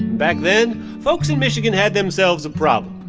back then, folks in michigan had themselves a problem,